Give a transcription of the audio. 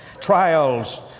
Trials